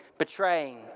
betraying